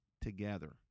together